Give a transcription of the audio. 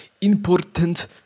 important